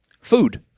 food